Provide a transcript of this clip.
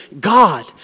God